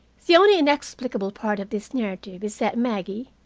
the only inexplicable part of this narrative is that maggie,